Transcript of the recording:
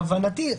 להבנתי,